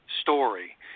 story